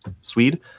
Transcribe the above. Swede